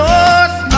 North